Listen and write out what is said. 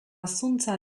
zuntza